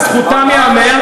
לזכותם ייאמר,